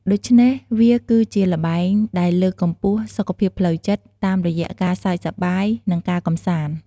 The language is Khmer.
ដូច្នេះ វាគឺជាល្បែងដែលលើកកម្ពស់ សុខភាពផ្លូវចិត្ត តាមរយៈការសើចសប្បាយ និងការកម្សាន្ត។